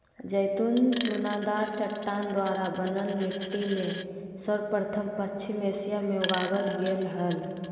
जैतून चुनादार चट्टान द्वारा बनल मिट्टी में सर्वप्रथम पश्चिम एशिया मे उगावल गेल हल